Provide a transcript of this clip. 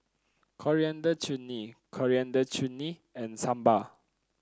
Coriander Chutney Coriander Chutney and Sambar